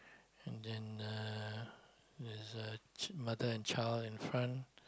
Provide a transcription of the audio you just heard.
and then uh there's a ch~ mother and child in front